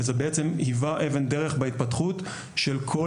וזה בעצם היווה אבן דרך בהתפתחות של כל